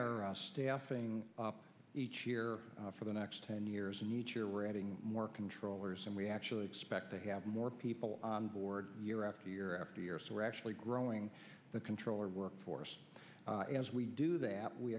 we are staffing up each year for the next ten years and each year we're adding more controllers and we actually expect to have more people on board year after year after year so we're actually growing the controller workforce as we do that we